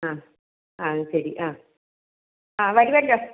ആ അത് ശരി ആ ആ വരുമല്ലൊ